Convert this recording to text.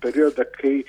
periode kai